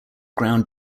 ground